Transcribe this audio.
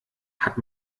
hat